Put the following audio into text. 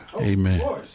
Amen